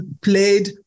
played